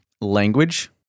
Language